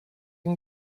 can